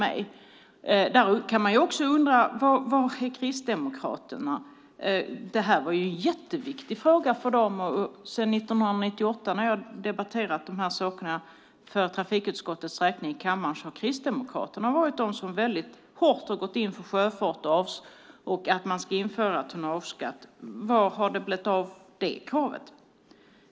Här kan man undra var Kristdemokraterna är. Det här var ju en jätteviktig fråga för dem. Sedan 1998 när jag har debatterat de här frågorna för trafikutskottets räkning i kammaren har Kristdemokraterna varit de som väldigt hårt har gått in för sjöfart och att man ska införa tonnageskatt. Vad har det blivit av det kravet?